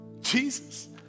Jesus